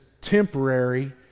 temporary